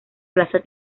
plaza